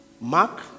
Mark